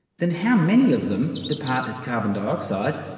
then how many of them depart as carbon dioxide,